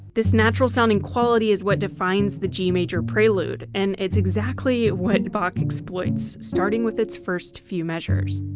this natural sounding quality is what defines the g major prelude, and it's exactly what bach exploits starting with its first few measures.